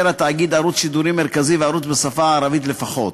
התאגיד ערוץ שידורים מרכזי וערוץ בשפה הערבית לפחות.